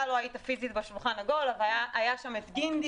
אתה לא היית פיזית בשולחן העגול אבל היו שם ירון גינדי